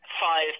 Five